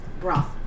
Broth